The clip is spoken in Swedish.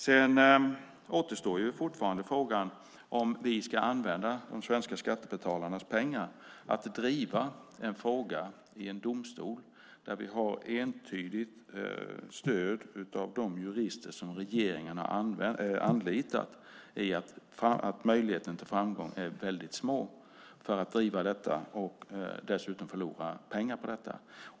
Sedan återstår fortfarande frågan om vi ska använda de svenska skattebetalarnas pengar till att driva en fråga i domstol när vi från de jurister regeringen har anlitat har ett entydigt stöd i att möjligheten till framgång är väldigt liten. Ska vi driva detta och förlora pengar på det?